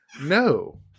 No